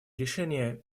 решения